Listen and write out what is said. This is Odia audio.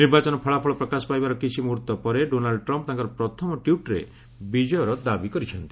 ନିର୍ବାଚନ ଫଳାଫଳ ପ୍ରକାଶ ପାଇବାର କିଛି ମୁହ୍ରର୍ତ୍ତ ପରେ ଡୋନାଲ୍ଡ୍ ଟ୍ରମ୍ପ୍ ତାଙ୍କର ପ୍ରଥମ ଟ୍ୱିଟ୍ରେ ବିଜୟର ଦାବି କରିଛନ୍ତି